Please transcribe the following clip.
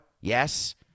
Yes